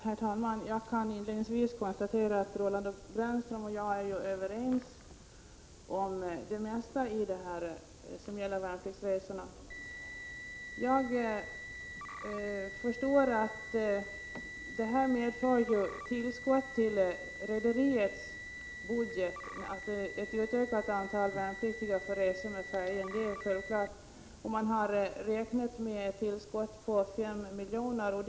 Herr talman! Jag kan inledningsvis konstatera att Roland Brännström och jag är överens om det mesta som gäller värnpliktsresorna. Jag förstår att det medför tillskott till rederiets budget att ett ökat antal värnpliktiga får resa med färjan. Detta är självklart. Man har räknat med ett tillskott på 5 milj.kr.